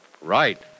Right